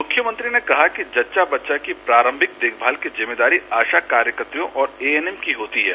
मुख्यमंत्री ने कहा कि जच्चा बच्चा की प्रारम्भिक देखभाल की जिम्मेदारी आशा कार्यकत्रियों और एएनएम की होती है